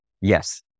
yes